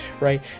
right